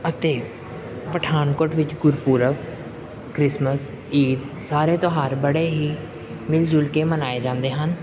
ਅਤੇ ਪਠਾਨਕੋਟ ਵਿੱਚ ਗੁਰਪੁਰਬ ਕ੍ਰਿਸਮਸ ਈਦ ਸਾਰੇ ਤਿਉਹਾਰ ਬੜੇ ਹੀ ਮਿਲ ਜੁਲ ਕੇ ਮਨਾਏ ਜਾਂਦੇ ਹਨ